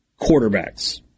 quarterbacks